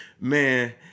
man